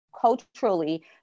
culturally